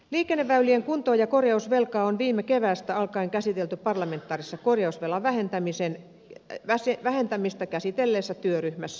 liikenneväylien kuntoa ja korjausvelkaa on viime keväästä alkaen käsitelty parlamentaarisessa korjausvelan vähentämistä käsitelleessä työryhmässä